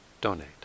donate